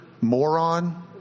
moron